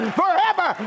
forever